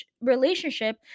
relationship